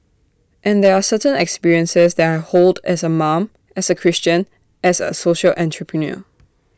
and there are certain experiences that I hold as A mom as A Christian as A social entrepreneur